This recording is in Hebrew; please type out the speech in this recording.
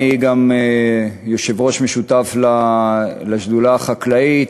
אני גם יושב-ראש משותף של השדולה החקלאית.